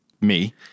Me-